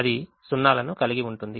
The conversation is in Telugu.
అది 0 లను కలిగి ఉంటుంది